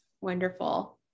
Wonderful